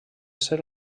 ser